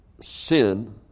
sin